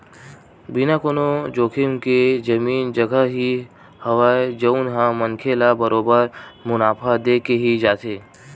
बिना कोनो जोखिम के जमीन जघा ही हवय जउन ह मनखे ल बरोबर मुनाफा देके ही जाथे